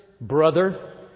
brother